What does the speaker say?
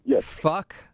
Fuck